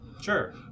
Sure